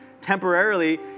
temporarily